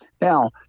Now